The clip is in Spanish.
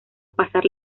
pasar